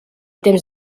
temps